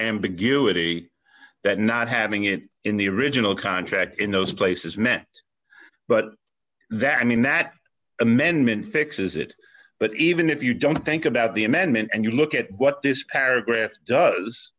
ambiguity that not having it in the original contract in those places meant but that i mean that amendment fixes it but even if you don't think about the amendment and you look at what this paragraph does